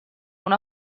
una